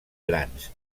grans